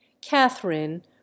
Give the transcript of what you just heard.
Catherine